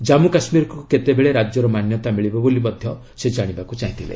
ଜାନ୍ମୁ କାଶ୍ମୀରକୁ କେତେବେଳେ ରାଜ୍ୟର ମାନ୍ୟତା ମିଳିବ ବୋଲି ମଧ୍ୟ ସେ ଜାଶିବାକୁ ଚାହିଁଥିଲେ